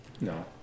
No